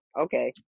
okay